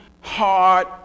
hard